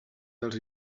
dels